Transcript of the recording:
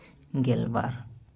ᱜᱮᱞ ᱵᱟᱨ